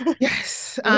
Yes